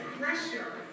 pressure